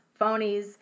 Phonies